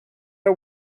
are